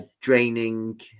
Draining